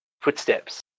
footsteps